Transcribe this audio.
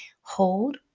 Hold